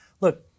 Look